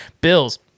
Bills